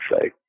say